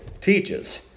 teaches